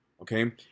Okay